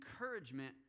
encouragement